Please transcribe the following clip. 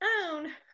own